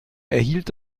erhielt